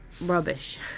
Rubbish